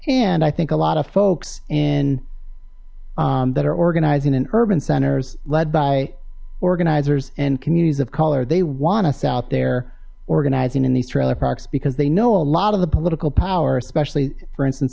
and i think a lot of folks in that are organizing in urban centers led by organizers and communities of color they want us out there organizing in these trailer parks because they know a lot of the political power especially for instance